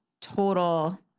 total